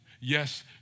Yes